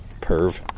Perv